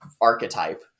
archetype